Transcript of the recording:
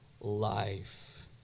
life